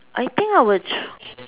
I think I would ch~